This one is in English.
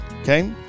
okay